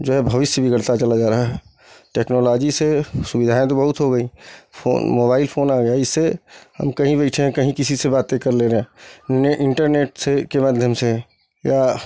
जो है भविष्य बिगड़ता चला जा रहा है टेकनालाजी से सुविधाएं तो बहुत हो गईं फोन मोबाइल फोन आ गया इससे हम कहीं बैठे हैं कहीं किसी से बातें कर ले रहे हैं हमने इंटरनेट से के माध्यम से या